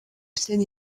seine